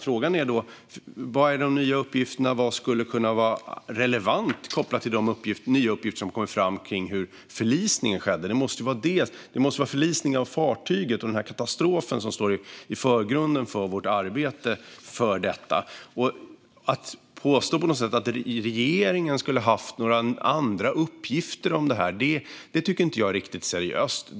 Frågan är vad i de nya uppgifterna som skulle kunna vara relevant kopplat till de nya uppgifter som har kommit fram kring hur förlisningen skedde. Det måste vara fartygets förlisning och katastrofen som står i förgrunden för vårt arbete med detta. Att påstå att regeringen skulle ha haft några andra uppgifter om detta tycker jag inte är riktigt seriöst.